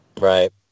Right